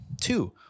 Two